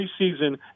preseason